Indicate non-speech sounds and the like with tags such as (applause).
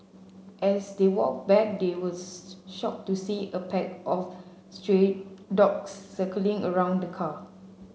as they walked back they were (unintelligible) shocked to see a pack of stray dogs circling around the car